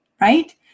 right